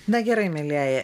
na gerai mielieji